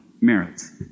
merits